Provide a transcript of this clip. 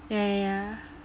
yeah yeah yeah